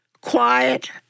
quiet